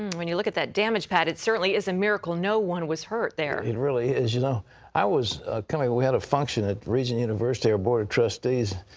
when you look at that damage, pat, it certainly is a miracle no one was hurt there. it really is. you know i was coming up. we had a function at regent university, our board of trustees,